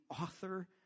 author